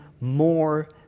more